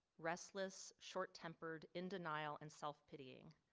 restless, short tempered in denial and self pitying.